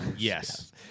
Yes